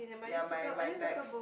ya my my back